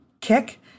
kick